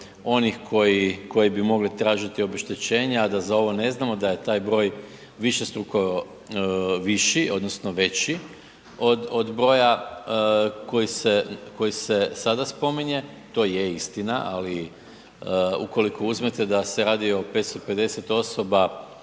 onih koji bi mogli tražiti obeštećenja, a da za ovo ne znamo da je taj broj višestruko viši odnosno veći od broja koji se sada spominje. To je istina, ali ukoliko uzmete da se radi o 550 osoba